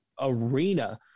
arena